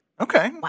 Okay